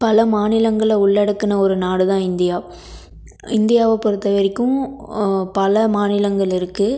பல மாநிலங்களை உள்ளடக்கின ஒரு நாடு தான் இந்தியா இந்தியாவைப் பொறுத்த வரைக்கும் பல மாநிலங்கள் இருக்குது